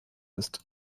ist